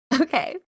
okay